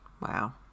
Wow